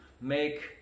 make